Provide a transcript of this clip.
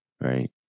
Right